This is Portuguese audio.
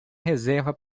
reserva